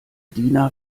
diener